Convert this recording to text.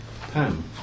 Pam